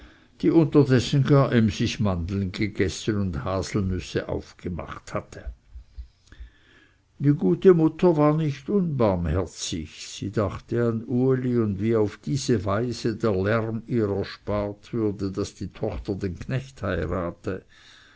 die unterdessen gar emsig mandeln gegessen und haselnüsse aufgemacht hatte die gute mutter war nicht unbarmherzig sie dachte an uli und wie auf diese weise der lärm ihr erspart würde daß die tochter den knecht heirate